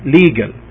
legal